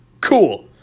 Cool